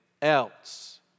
else